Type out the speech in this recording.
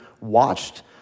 watched